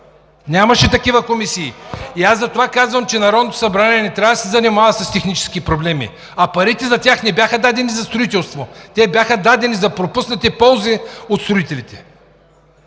Нямаше такива комисии! Аз затова казвам, че Народното събрание не трябва да се занимава с технически проблеми. Парите за тях не бяха дадени за строителство, те бяха дадени за пропуснати ползи от строителите.